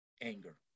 anger